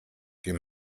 den